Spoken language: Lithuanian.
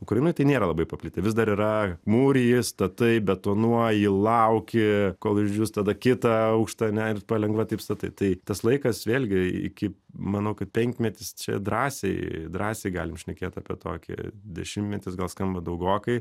ukrainoj tai nėra labai paplitę vis dar yra mūriji statai įbetonuoji lauki kol išdžius tada kitą aukštą ane ir palengva taip statai tai tas laikas vėlgi iki manau kad penkmetis čia drąsiai drąsiai galim šnekėt apie tokį dešimtmetis gal skamba daugokai